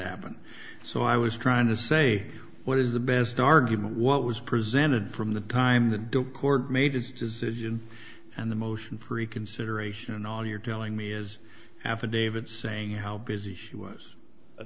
happen so i was trying to say what is the best argument what was presented from the time the duke court made its decision and the motion for reconsideration and all you're telling me is affidavit saying how busy she was